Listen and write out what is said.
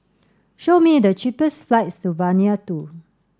show me the cheapest flights to Vanuatu